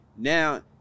Now